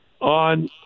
on